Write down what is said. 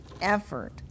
effort